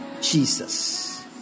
Jesus